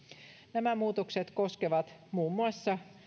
nämä muutokset koskevat muun muassa